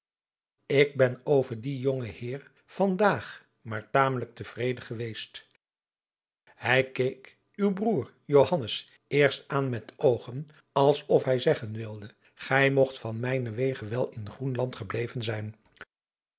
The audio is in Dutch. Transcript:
ik ben over dien jongen heer van daag maar tamelijk te vreden geweest hij keek uw broêr johannes eerst aan met oogen als of hij zeggen wilde gij mogt van mijnen wege wel in groenland gebleven zijn